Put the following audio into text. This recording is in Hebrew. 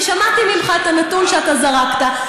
אני שמעתי ממך את הנתון שאתה זרקת.